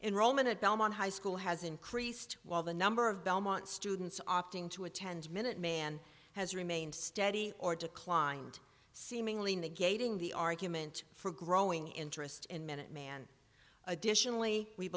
delmon high school has increased while the number of belmont students opting to attend minuteman has remained steady or declined seemingly negating the argument for growing interest in minuteman additionally we